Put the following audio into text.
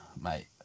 Mate